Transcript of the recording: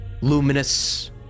luminous